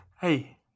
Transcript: hey